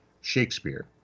Shakespeare